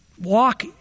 walk